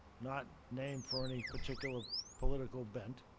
not named for any particular political bent,